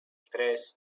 tres